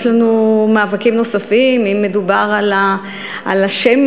יש לנו מאבקים נוספים, אם מדובר על השמן.